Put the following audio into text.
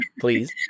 please